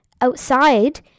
outside